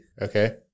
Okay